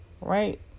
right